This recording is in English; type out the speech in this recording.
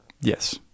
Yes